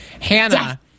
Hannah